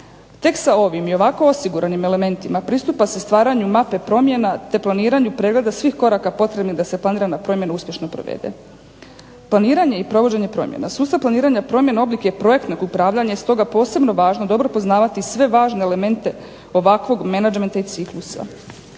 Tek sa ovim i ovako osiguranim elementima pristupa se stvaranju mape promjena, te planiranju pregleda svih koraka potrebnih da se planirana promjena uspješno provede. Planiranje i provođenje promjena. Sustav planiranja promjena oblik je projektnog upravljanja i stoga posebno važno dobro poznavati sve važne elemente ovakvog menadžmenta i ciklusa.